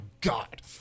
god